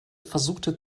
versuchte